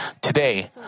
today